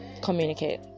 communicate